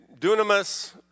Dunamis